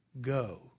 Go